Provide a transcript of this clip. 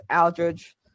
Aldridge